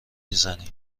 میزنی